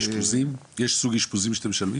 אשפוז רחוק ממקום המגורים למשל?